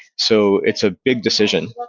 so it's a big decision.